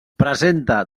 presenta